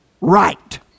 right